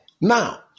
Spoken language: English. Now